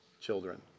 children